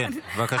בבקשה.